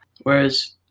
Whereas